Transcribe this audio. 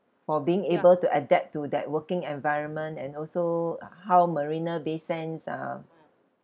for being able to adapt to that working environment and also uh how marina bay sands uh